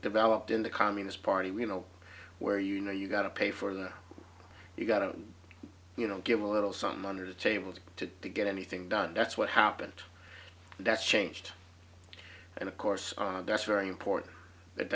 developed in the communist party when you know where you know you got to pay for that you got to you know give a little something under the table to to to get anything done that's what happened that's changed and of course that's very important that